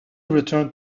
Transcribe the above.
returned